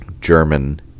German